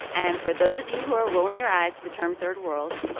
and for those of you who are rolling your eyes the term third world.